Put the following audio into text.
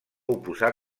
oposar